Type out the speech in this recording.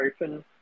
open